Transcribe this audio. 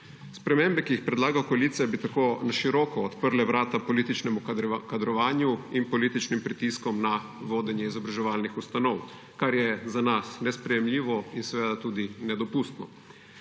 Spremembe, ki jih predlaga koalicija, bi tako na široko odprle vrata političnemu kadrovanju in političnim pritiskom na vodenje izobraževalnih ustanov, kar je za nas nesprejemljivo in tudi nedopustno.